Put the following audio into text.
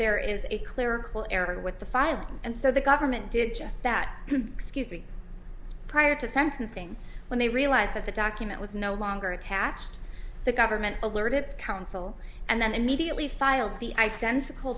there is a clerical error with the filing and so the government did just that can excuse the prior to sentencing when they realized that the document was no longer attached the government alerted counsel and then immediately filed the identical